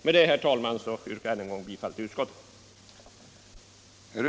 Med detta, herr talman, yrkar jag ännu en gång bifall till utskottets hemställan.